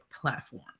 platform